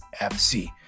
fc